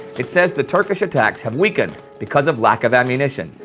it says the turkish attacks have weakened because of lack of ammunition,